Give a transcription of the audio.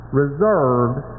reserved